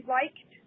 liked